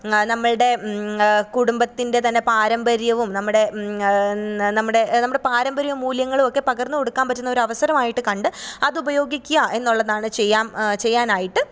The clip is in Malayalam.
നമ്മളുടെ കുടുംബത്തിന്റെ തന്നെ പാരമ്പര്യവും നമ്മുടെ നമ്മുടെ നമ്മുടെ പാരമ്പര്യ മൂല്യങ്ങളുമൊക്കെ പകര്ന്ന് കൊടുക്കാന് പറ്റുന്ന ഒരവസരമായിട്ടു കണ്ട് അതുപയോഗിക്കുക എന്നുള്ളതാണ് ചെയ്യാന് ചെയ്യാനായിട്ട്